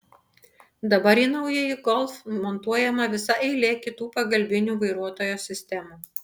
dabar į naująjį golf montuojama visa eilė kitų pagalbinių vairuotojo sistemų